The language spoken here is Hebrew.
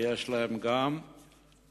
ויש להם גם ידע,